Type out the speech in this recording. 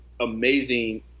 amazing